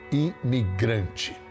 imigrante